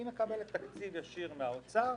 אלא היא מקבלת תקציב ישיר מהאוצר.